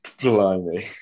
Blimey